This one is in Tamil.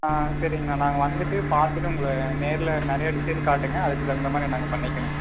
ஆ சரிங்கண்ணா நாங்கள் வந்துவிட்டு பார்த்துட்டு உங்களை நேரில் நிறையா டிசைன் காட்டுங்கள் அதற்கு தகுந்த மாதிரி பண்ணிக்கிறோம்